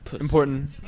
Important